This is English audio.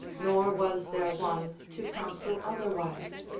nor was there one to counsel otherwise.